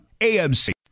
AMC